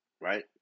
right